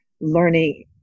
learning